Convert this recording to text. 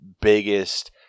biggest